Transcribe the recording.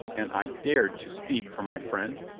and i dared to speak for my friend?